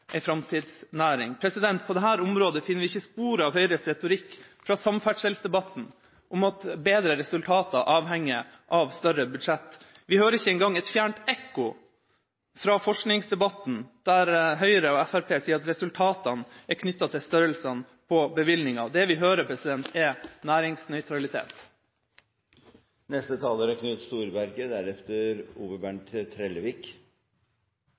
På dette området finner vi ikke spor av Høyres retorikk fra samferdselsdebatten om at bedre resultater avhenger av større budsjett; vi hører ikke en gang et fjernt ekko fra forskningsdebatten, der Høyre og Fremskrittspartiet sa at resultatene er knyttet til størrelsene på bevilgningene. Det vi hører, er næringsnøytralitet. Debatten nærmer seg slutten, og vi øyner julen et stykke nærmere. Det er